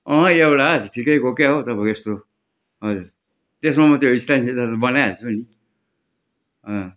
अँ यो लार्ज ठिकैको क्या हो तपाईँ यस्तो हजुर त्यसमा मात्रै बनाइहाल्छु नि अँ